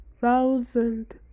Thousand